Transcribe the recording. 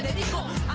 the falkland